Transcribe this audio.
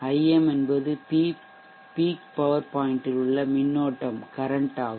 Im என்பது peak power point ல் உள்ள மின்னோட்டமாகும்